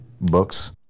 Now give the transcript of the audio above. books